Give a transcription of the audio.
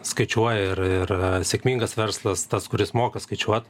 skaičiuoja ir ir sėkmingas verslas tas kuris moka skaičiuot